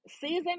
season